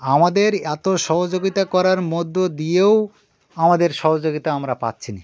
আমাদের এত সহযোগিতা করার মধ্য দিয়েও আমাদের সহযোগিতা আমরা পাচ্ছি না